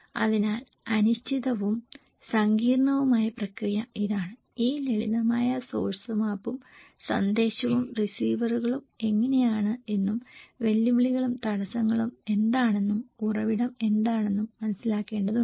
അതിനാൽ അനിശ്ചിതവും സങ്കീർണ്ണവുമായ പ്രക്രിയ ഇതാണ് ഈ ലളിതമായ സോഴ്സ് മാപ്പും സന്ദേശവും റിസീവറുകളും എങ്ങനെയാണ് എന്നും വെല്ലുവിളികളും തടസ്സങ്ങളും എന്താണെന്നും ഉറവിടം എന്താണെന്നും മനസ്സിലാക്കേണ്ടതുണ്ട്